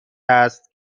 است